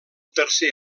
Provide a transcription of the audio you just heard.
tercer